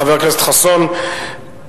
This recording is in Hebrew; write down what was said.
חבר הכנסת יואל חסון, בבקשה.